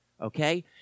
okay